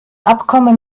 abkommen